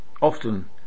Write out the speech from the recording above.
often